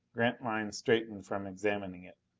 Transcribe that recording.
grantline straightened from examining it.